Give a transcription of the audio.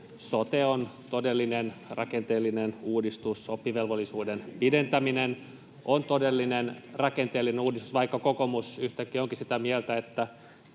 Sote on todellinen rakenteellinen uudistus. Oppivelvollisuuden pidentäminen on todellinen rakenteellinen uudistus, vaikka kokoomus yhtäkkiä onkin sitä mieltä, että